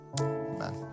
amen